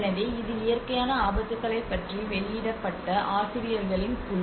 எனவே இது இயற்கையான ஆபத்துகளைப் பற்றி வெளியிடப்பட்ட ஆசிரியர்களின் குழு